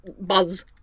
buzz